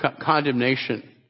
condemnation